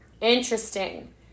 Interesting